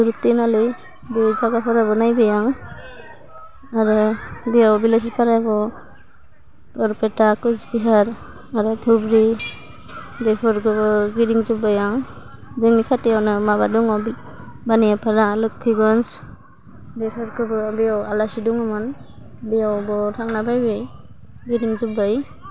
धुर तिनालि बे जागाफोरावबो नायबाय आं आरो बेयाव बिलासिफारायाबो बरपेटा कसबिहार आरो धुबरि बेफोरखोबो गिदिं जोब्बाय आं जोंनि खाथियावनो माबा दङ बि बानियाफरा लक्षीगन्ज बेफोरखोबो बेयाव आलासि दङमोन बेयावबो थांनानै फायबाय गिदिं जोब्बाय